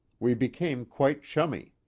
we became quite chummy.